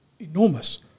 enormous